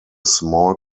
small